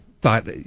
thought